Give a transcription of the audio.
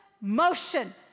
motion